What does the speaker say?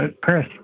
Chris